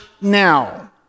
now